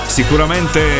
Sicuramente